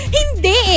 hindi